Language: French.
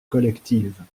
collectives